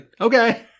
okay